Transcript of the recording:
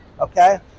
Okay